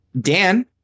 Dan